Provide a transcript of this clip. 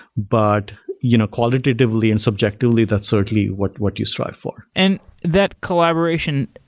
but you know qualitatively and subjectively, that's certainly what what you strive for. and that collaboration,